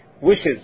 wishes